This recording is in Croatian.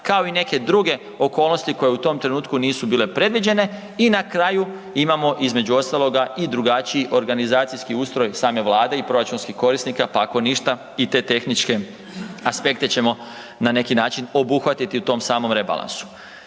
kao i neke druge okolnosti koje u tom trenutku nisu bile predviđene. I na kraju imamo između ostaloga i drugačiji organizacijski ustroj same vlade i proračunskih korisnika, pa ako ništa i te tehničke aspekte ćemo na neki način obuhvatiti u tom samom rebalansu.